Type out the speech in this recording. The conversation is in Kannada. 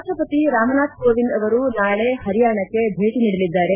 ರಾಷ್ಷಪತಿ ರಾಮ್ನಾಥ್ ಕೋವಿಂದ್ ಅವರು ನಾಳೆ ಹರಿಯಾಣಕ್ಕೆ ಭೇಟ ನೀಡಲಿದ್ದಾರೆ